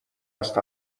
است